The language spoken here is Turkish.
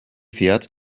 fiyat